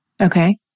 Okay